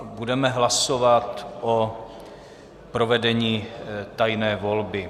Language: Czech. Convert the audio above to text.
Budeme hlasovat o provedení tajné volby.